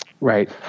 Right